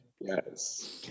Yes